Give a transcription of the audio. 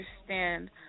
understand